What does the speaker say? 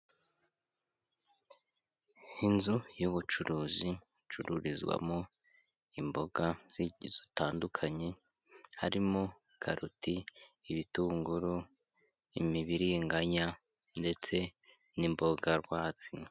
Inzu y'ubucuruzi icururizwamo imboga zitandukanye, harimo karoti, ibitunguru, imibiringanya ndetse n'imboga rwatsi.